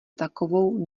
takovou